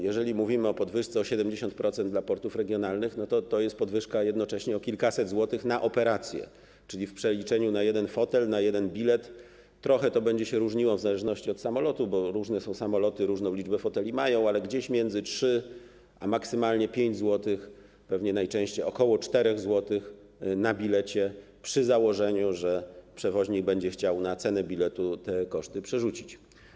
Jeżeli mówimy o podwyżce o 70% dla portów regionalnych, to to jest podwyżka jednocześnie o kilkaset złotych na operację, czyli w przeliczeniu na jeden fotel, na jeden bilet trochę to będzie się różniło w zależności od samolotu, bo różne są samoloty, różną mają liczbę foteli, będzie to między 3 zł a maksymalnie 5 zł, pewnie najczęściej ok. 4 zł, przy założeniu, że przewoźnik będzie chciał na cenę biletu te koszty przerzucić.